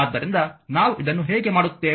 ಆದ್ದರಿಂದ ನಾವು ಇದನ್ನು ಹೇಗೆ ಮಾಡುತ್ತೇವೆ